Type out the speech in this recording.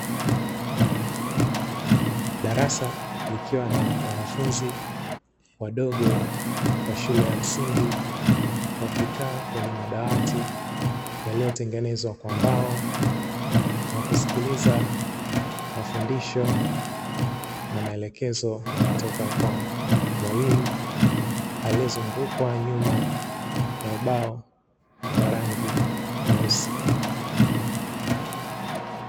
Darasa likiwa na wanafunzi wadogo wa shule ya msingi. Wakikaa kwenye madawati yaliyotengenezwa kwa mbao na kusikiliza mafundisho na maelekezo kutoka kwa mwalimu aliyezungukwa nyuma na ubao wa rangi nyeusi.